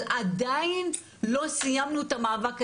אבל עדיין לא סיימנו את המאבק הזה.